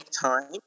time